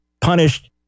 punished